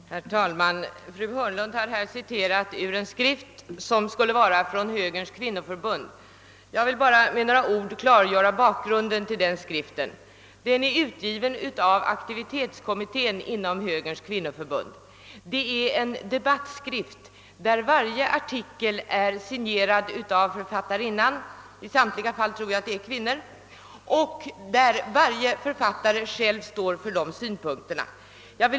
Herr talman! Fru Hörnlund citerade en skrift som skulle vara utgiven av högerns kvinnoförbund. Jag vill bara med några ord klargöra bakgrunden till den skriften. Den är utgiven av aktivitetskommittén inom högerns kvinnoförbund. Det är en debattskrift, i vilken varje artikel är signerad av författarinnan — i samtliga fall, tror jag, är det kvinnor som författat artiklarna — och varje författarinna själv står för de synpunkter som framförs i artikeln.